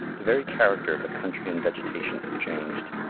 the very character of the country and vegetation has changed.